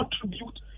contribute